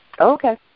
Okay